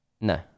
No